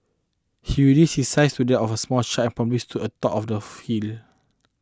he reduced his size to that of a small child and promptly stood atop of the hills